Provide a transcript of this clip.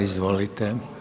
Izvolite.